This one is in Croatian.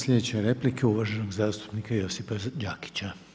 Sljedeća replika je uvaženog zastupnika Josipa Đakića.